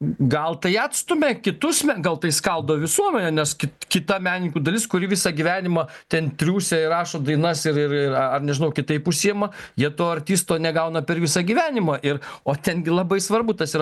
gal tai atstumia kitus gal tai skaldo visuomenę nes kita menininkų dalis kuri visą gyvenimą ten triūsia ir rašo dainas ir ir ar nežinau kitaip užsiima jie to artisto negauna per visą gyvenimą ir o ten gi labai svarbu tas yra